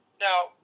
Now